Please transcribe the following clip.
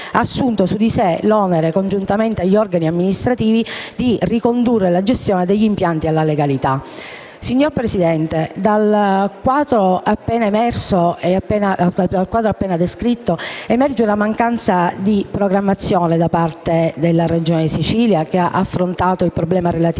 ha assunto su di sé l'onere, congiuntamente agli organi amministrativi, di ricondurre la gestione degli impianti nella legalità. Signor Presidente, dal quadro appena descritto, emerge la mancanza di programmazione da parte della Regione Sicilia, che ha affrontato il problema relativo